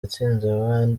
yatsinze